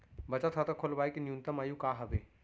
बचत खाता खोलवाय के न्यूनतम आयु का हवे?